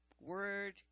word